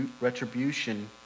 retribution